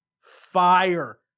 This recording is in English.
fire